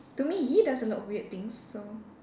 to me he does a lot of weird things so